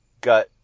got